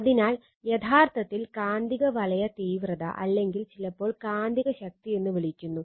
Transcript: അതിനാൽ യഥാർത്ഥത്തിൽ കാന്തികവലയ തീവ്രത അല്ലെങ്കിൽ ചിലപ്പോൾ കാന്തികശക്തി എന്ന് വിളിക്കുന്നു